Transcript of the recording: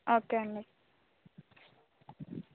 okay అండి